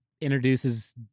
introduces